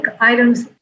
items